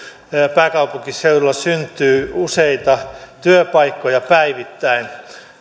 pääkaupunkiseudulla syntyy useita työpaikkoja päivittäin